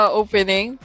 opening